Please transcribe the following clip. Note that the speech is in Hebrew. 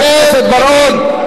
חבר הכנסת בר-און.